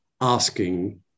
asking